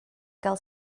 gael